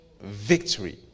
Victory